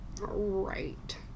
Right